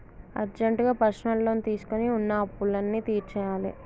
అర్జెంటుగా personal loan తీసుకొని వున్న అప్పులన్నీ తీర్చేయ్యాలే